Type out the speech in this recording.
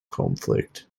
conflict